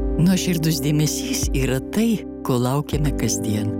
nuoširdus dėmesys yra tai ko laukiame kasdien